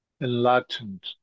enlightened